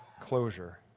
closure